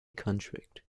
contract